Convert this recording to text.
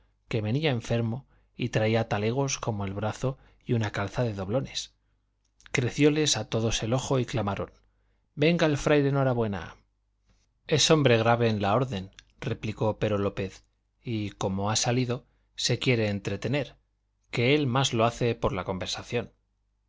que venía enfermo y traía talegos como el brazo y una calza de doblones crecióles a todos el ojo y clamaron venga el fraile norabuena es hombre grave en la orden replicó pero lópez y como ha salido se quiere entretener que él más lo hace por la conversación